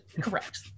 Correct